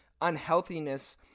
unhealthiness